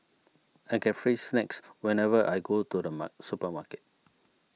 I get free snacks whenever I go to the mark supermarket